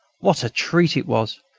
what a treat it was!